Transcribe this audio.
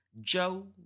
Joe